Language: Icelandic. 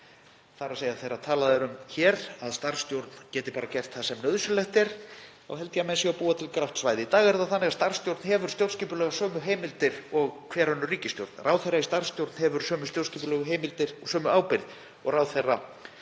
þ.e. þegar talað er um hér að starfsstjórn geti bara gert það sem nauðsynlegt er þá held ég að menn séu að búa til grátt svæði. Í dag er það þannig að starfsstjórn hefur stjórnskipulega sömu heimildir og hver önnur ríkisstjórn. Ráðherra í starfsstjórn hefur sömu stjórnskipulegu heimildir og sömu ábyrgð og ráðherra